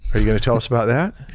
are you going to tell us about